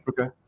Okay